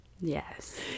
Yes